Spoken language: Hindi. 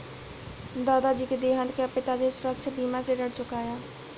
दादाजी के देहांत के बाद पिताजी ने सुरक्षा बीमा से ऋण चुकाया